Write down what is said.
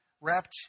Wrapped